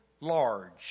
large